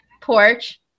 porch